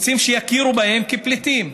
רוצים שיכירו בהם כפליטים.